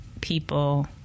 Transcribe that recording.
people